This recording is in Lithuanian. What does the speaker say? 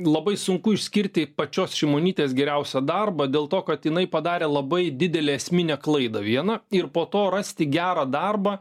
labai sunku išskirti pačios šimonytės geriausią darbą dėl to kad jinai padarė labai didelę esminę klaidą vieną ir po to rasti gerą darbą